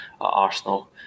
Arsenal